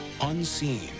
unseen